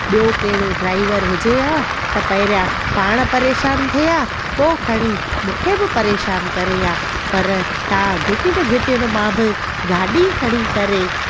ॿियों कहिड़ो ड्राइवर हुजे या त पहिरियां पाणि परेशान थिए हा पोइ खणी मूंखे बि परेशान करे हा पर तव्हां गिटियुनि गिटियुनि मां बि गाॾी खणी करे